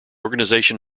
organization